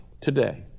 today